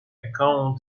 account